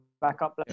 backup